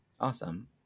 Awesome